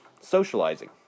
socializing